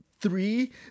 Three